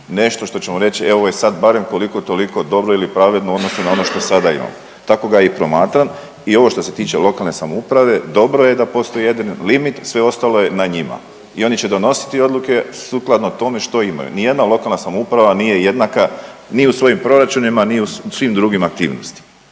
nešto što ćemo reći, e ovo je sad barem koliko toliko dobro ili pravedno u odnosu na ono što sada imamo. Tako ga i promatram i ovo što se tiče lokalne samouprave, dobro je da postoji jedan limit sve ostalo je na njima. I oni će donositi odluke sukladno tome što imaju. Ni jedna lokalna samouprava nije jednaka ni u svojim proračunima ni u svim drugim aktivnostima.